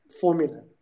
formula